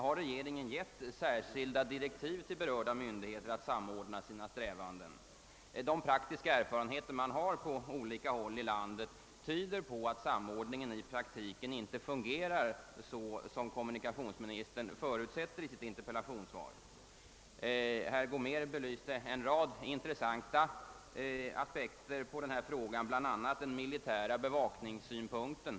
Har regeringen givit särskilda direktiv till berörda myndigheter att samordna sina strävanden? De praktiska erfarenheter man har på olika håll i landet tyder på att samordningen i praktiken inte fungerar så som kommunikationsministern förutsätter i sitt interpellationssvar. Herr Gomér belyste en rad intressanta aspekter på denna fråga, bl.a. den militära bevakningssynpunkten.